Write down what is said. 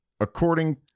according